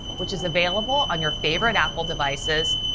which is available on your favorite apple devices,